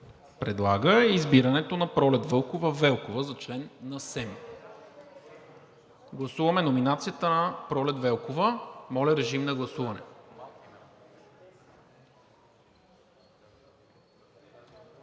предлага избирането на Пролет Вълкова Велкова за член на СЕМ. Гласуваме номинацията на Пролет Велкова. Гласували